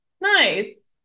Nice